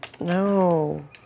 No